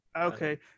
Okay